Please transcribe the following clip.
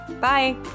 Bye